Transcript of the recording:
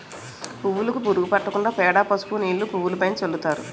పువ్వులుకు పురుగు పట్టకుండా పేడ, పసుపు నీళ్లు పువ్వులుపైన చల్లుతారు